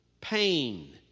pain